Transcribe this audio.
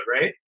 right